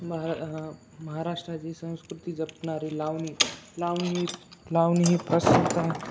मह महाराष्ट्राची संस्कृती जपणारी लावणी लावणी लावणी ही प्रसिद्ध